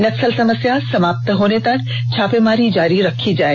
नक्सल समस्या समाप्त होने तक ्छापेमारी जारी रखी जाए